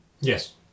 yes